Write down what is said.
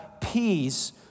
peace